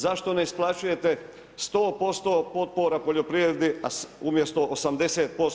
Zašto ne isplaćujete 100% potpora poljoprivredi umjesto 80%